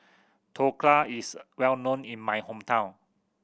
dhokla is a well known in my hometown